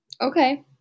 Okay